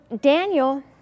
Daniel